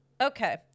Okay